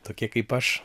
tokie kaip aš